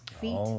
feet